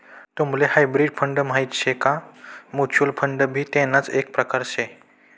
तुम्हले hybrid fund माहित शे का? म्युच्युअल फंड भी तेणाच एक प्रकार से